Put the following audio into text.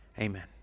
Amen